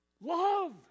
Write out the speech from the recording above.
Love